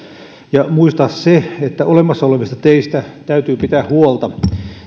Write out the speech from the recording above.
ja muistaa se että olemassa olevista teistä täytyy pitää huolta